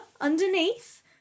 underneath